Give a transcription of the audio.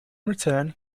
return